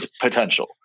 potential